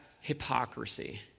hypocrisy